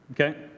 Okay